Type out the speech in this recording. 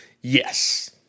yes